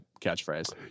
catchphrase